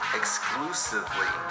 exclusively